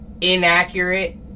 inaccurate